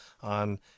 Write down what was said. on